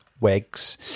wigs